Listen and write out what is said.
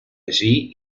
allí